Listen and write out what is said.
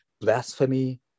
Blasphemy